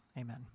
Amen